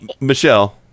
Michelle